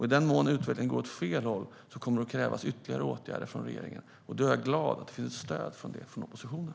I den mån utvecklingen går åt fel håll kommer det att krävas ytterligare åtgärder från regeringen, och då är jag glad att det finns stöd för det från oppositionen.